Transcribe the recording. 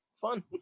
fun